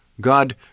God